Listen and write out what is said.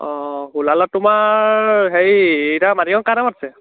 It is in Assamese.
অঁ সোলালত তোমাৰ হেৰি এতিয়া মাটিকণ কাৰ নামত আছে